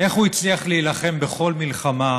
איך הוא הצליח להילחם בכל מלחמה,